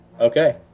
Okay